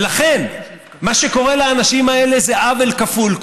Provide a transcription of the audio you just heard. לכן, מה שקורה לאנשים האלה זה עוול כפול.